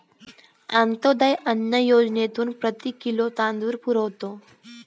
अंत्योदय अन्न योजनेतून प्रति किलो तांदूळ पुरवतो